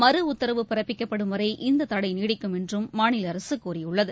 மறு உத்தரவு பிறப்பிக்கப்படும் வரை இந்ததடைநீடிக்கும் என்றும் மாநிலஅரசுகூறியுள்ளது